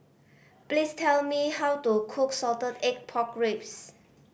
please tell me how to cook salted egg pork ribs